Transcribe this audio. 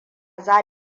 za